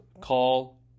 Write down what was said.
call